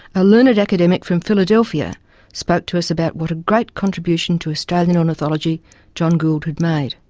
a learned academic from philadelphia spoke to us about what a great contribution to australian ornithology john gould had made.